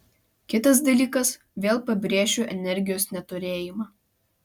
kitas dalykas vėl pabrėšiu energijos neturėjimą